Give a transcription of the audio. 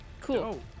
Cool